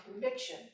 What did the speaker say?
conviction